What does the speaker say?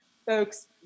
folks